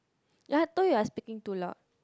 yea I told you you are speaking too loud